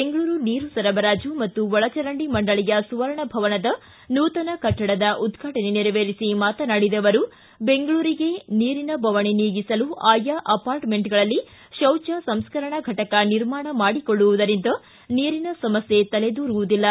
ಬೆಂಗಳೂರು ನೀರು ಸರಬರಾಜು ಮತ್ತು ಒಳಜರಂಡಿ ಮಂಡಳಿಯ ಸುವರ್ಣ ಭವನದ ನೂತನ ಕಟ್ಟಡದ ಉದ್ಘಾಟನೆ ನೆರವೇರಿಸಿ ಮಾತನಾಡಿದ ಅವರು ಬೆಂಗಳೂರಿಗೆ ನೀರಿನ ಬವಣೆ ನೀಗಿಸಲು ಅಯಾ ಅಪಾರ್ಟ್ಮೆಂಟ್ಗಳಲ್ಲಿ ಕೌಜ ಸಂಸ್ಥರಣಾ ಫಟಕ ನಿರ್ಮಾಣ ಮಾಡಿಕೊಳ್ಳುವುದರಿಂದ ನೀರಿನ ಸಮಸ್ಥೆ ತಲೆದೂರುವುದಿಲ್ಲ